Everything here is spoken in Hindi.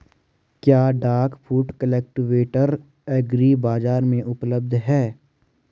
क्या डाक फुट कल्टीवेटर एग्री बाज़ार में उपलब्ध है?